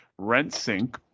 RentSync